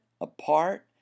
apart